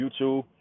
YouTube